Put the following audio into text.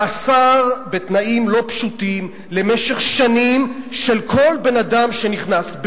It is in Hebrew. מאסר בתנאים לא פשוטים למשך שנים של כל בן-אדם שנכנס,